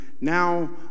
now